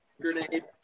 Grenade